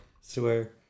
swear